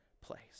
place